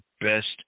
best